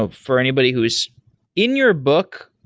ah for anybody who is in your book,